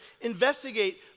Investigate